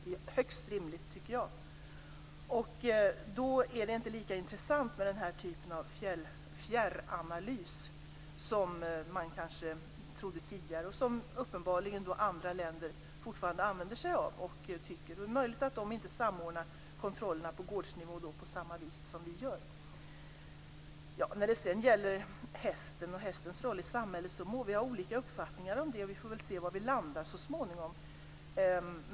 Det är högst rimligt. Då är det inte lika intressant med den här typen av fjärranalys som man kanske trodde tidigare och som uppenbarligen andra länder fortfarande använder sig av. Det är möjligt att de inte samordnar kontrollerna på gårdsnivå på samma vis som vi gör. När det sedan gäller hästen och hästens roll i samhället må vi ha olika uppfattningar, och vi får väl se var vi landar så småningom.